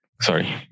Sorry